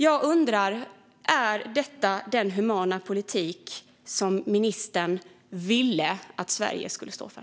Jag undrar om detta är den humana politik som ministern ville att Sverige skulle stå för.